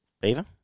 Beaver